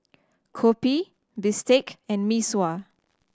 kopi bistake and Mee Sua